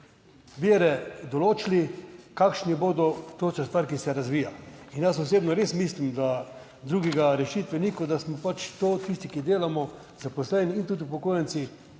vire določili. Kakšni bodo, to je še stvar, ki se razvija. In jaz osebno res mislim, da drugega rešitve ni, kot da smo pač to tisti, ki delamo, zaposleni in tudi upokojenci,